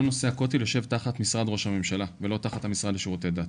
כל נושא הכותל יושב תחת משרד ראש הממשלה ולא תחת המשרד לשירותי דת.